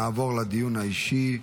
נעבור לדיון האישי.